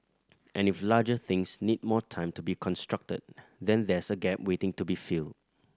and if larger things need more time to be constructed then there's a gap waiting to be filled